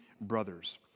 brothers